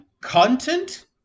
content